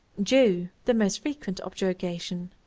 jew the most frequent objurgation.